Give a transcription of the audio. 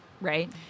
Right